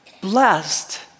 blessed